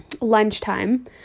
lunchtime